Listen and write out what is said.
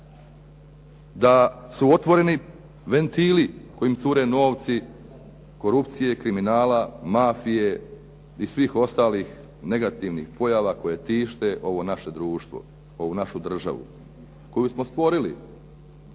Da su otvoreni ventili kojima cure novci korupcije i kriminala, mafije i svih ostalih negativnih pojava koje tište ovo naše društvo, ovu našu državu koju smo stvorili,